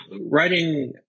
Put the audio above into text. Writing